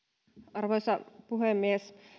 arvoisa puhemies